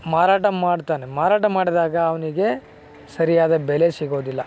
ಮಾರಾಟ ಮಾಡ್ತಾನೆ ಮಾರಾಟ ಮಾಡಿದಾಗ ಅವನಿಗೆ ಸರಿಯಾದ ಬೆಲೆ ಸಿಗೋದಿಲ್ಲ